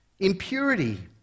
Impurity